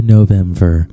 November